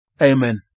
Amen